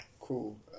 cool